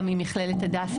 דומה גם עם מכללת הדסה,